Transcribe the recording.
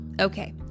Okay